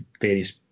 various